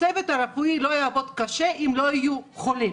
הצוות הרפואי לא יעבוד קשה אם לא יהיו חולים,